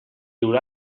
haurà